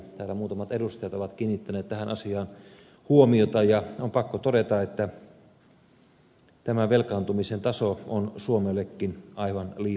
täällä muutamat edustajat ovat kiinnittäneet tähän asiaan huomiota ja on pakko todeta että tämä velkaantumisen taso on suomellekin aivan liian korkea